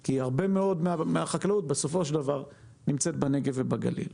כי הרבה מאוד מהחקלאות בסופו של דבר נמצאת בנגב ובגליל.